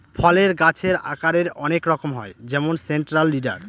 ফলের গাছের আকারের অনেক রকম হয় যেমন সেন্ট্রাল লিডার